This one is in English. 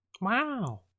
WoW